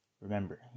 Remember